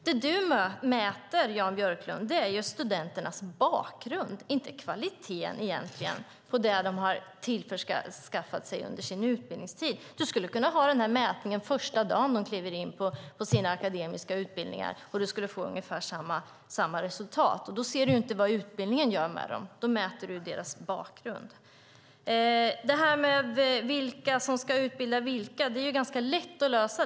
Det du mäter, Jan Björklund, är studenternas bakgrund, inte kvaliteten på vad de har skaffat sig under sin utbildningstid. Du skulle kunna ha mätningen första dagen som de kommer in på sina akademiska utbildningar, och du skulle få ungefär samma resultat. Då ser du inte vad utbildningen gör med dem, utan då mäter du deras bakgrund. Problemet med vilka som ska utbilda vilka är ganska lätt att lösa.